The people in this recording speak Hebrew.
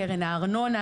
קרן הארנונה,